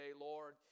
Lord